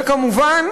וכמובן,